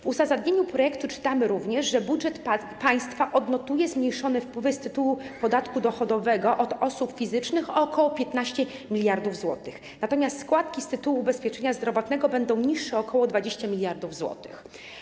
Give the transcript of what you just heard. W uzasadnieniu projektu czytamy również, że budżet państwa odnotuje zmniejszone wpływy z podatku dochodowego od osób fizycznych o ok. 15 mld zł, natomiast wpływy ze składek z tytułu ubezpieczenia zdrowotnego będą niższe o ok. 20 mld zł.